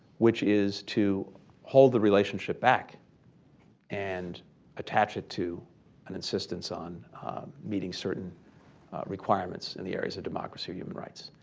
which is to hold the relationship back and attach it to an insistence on meeting certain requirements in the areas of democracy and human rights.